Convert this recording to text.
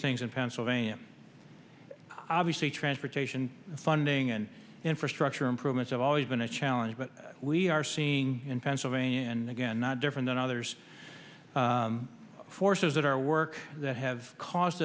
things in pennsylvania obviously transportation funding and infrastructure improvements have always been a challenge but we are seeing in pennsylvania and again not different than others forces that are work that have c